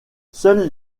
seuls